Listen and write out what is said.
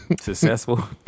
successful